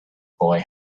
boy